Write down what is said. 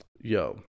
Yo